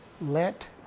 let